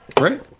right